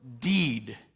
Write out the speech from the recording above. deed